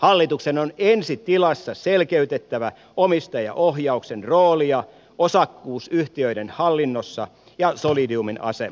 hallituksen on ensi tilassa selkeytettävä omistajaohjauksen rooli osakkuusyhtiöiden hallinnossa ja solidiumin asema